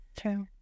True